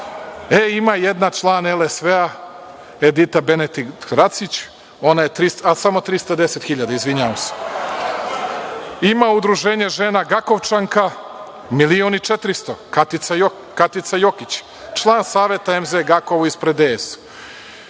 Ima jedna član LSV-a, Edita Beneti Racić, ona je samo 310.000, izvinjavam se. Ima Udruženje žena „Gakovčanka“ 1.400.000, Katica Jokić, član Saveta MZ Gakovo, ispred DS-a. Ima